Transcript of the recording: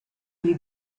you